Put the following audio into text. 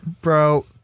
Bro